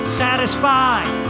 satisfied